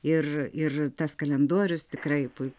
ir ir tas kalendorius tikrai pui